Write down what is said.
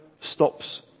stops